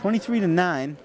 twenty three to nine